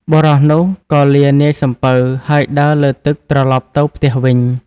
បុរសនោះក៏លានាយសំពៅ ហើយដើរលើទឹកត្រឡប់ទៅផ្ទះវិញ។